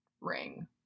ring